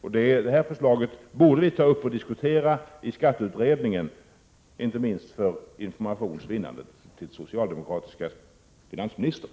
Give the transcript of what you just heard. Vårt förslag borde tas upp till diskussion i skatteutredningen, inte minst med tanke på informationen till den socialdemokratiske finansministern.